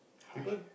people